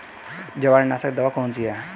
जवारनाशक दवा कौन सी है?